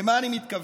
למה אני מתכוון?